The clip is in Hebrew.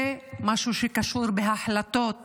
זה משהו שקשור בהחלטות